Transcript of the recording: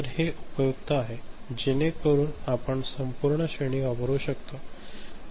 तर हे उपयुक्त आहे जेणेकरून आपण संपूर्ण श्रेणी वापरू शकता